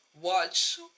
watch